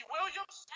Williams